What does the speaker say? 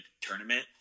tournament